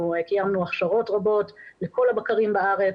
אנחנו קיימנו הכשרות רבות לכל הבקרים בארץ.